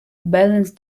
balance